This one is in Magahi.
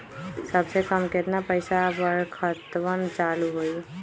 सबसे कम केतना पईसा पर खतवन चालु होई?